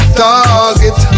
target